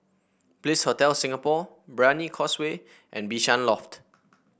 Bliss Hotel Singapore Brani Causeway and Bishan Loft